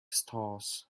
stars